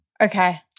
Okay